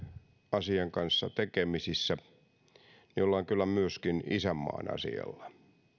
asian kanssa tekemisissä ollaan kyllä myöskin isänmaan asialla ja